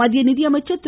மத்திய நிதியமைச்சர் திரு